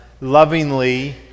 lovingly